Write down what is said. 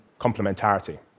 complementarity